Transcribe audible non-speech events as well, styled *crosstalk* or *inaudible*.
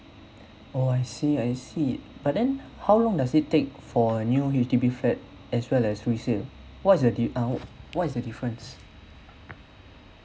*breath* oh I see I see but then *breath* how long does it take for new H_D_B flat as well as resale what's the dif~ um what is the difference